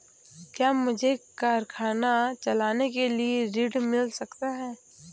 क्या मुझे कारखाना चलाने के लिए ऋण मिल सकता है?